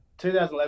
2011